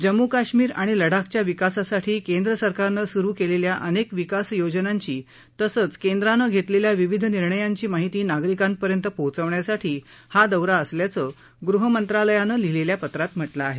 जम्मू काश्मीर आणि लडाखच्या विकासासाठी केंद्र सरकारनं सुरु केलेल्या अनेक विकासयोजनांची तसंच केंद्रानं घेतलेल्या विविध निर्णयांची माहिती नागरिकांपर्यत पोचवण्यासाठी हा दौरा असल्याचं गृहमंत्रालयानं लिहिलेल्या पत्रात म्हा मिं आहे